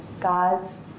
God's